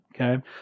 okay